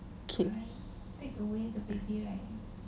keep